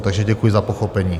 Takže děkuji za pochopení.